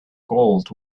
gold